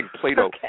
Plato